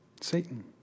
Satan